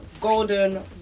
golden